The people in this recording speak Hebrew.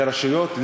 לרשויות,